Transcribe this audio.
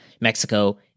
Mexico